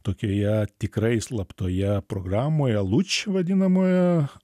tokioje tikrai slaptoje programoje luč vadinamoje